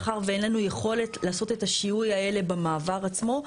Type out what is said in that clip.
מאחר ואין לנו יכולת לעשות את השיהוי הזה במעבר עצמו,